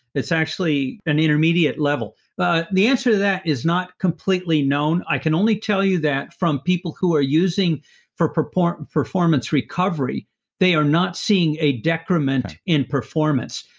it's actually an intermediate level. but the answer to that is not completely known. i can only tell you that from people who are using for performance performance recovery they are not seeing a decrement in performance.